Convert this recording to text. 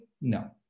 No